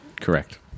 Correct